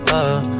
up